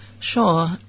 Sure